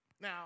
Now